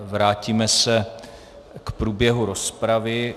Vrátíme se k průběhu rozpravy.